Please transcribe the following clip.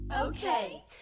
Okay